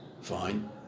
fine